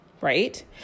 right